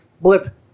blip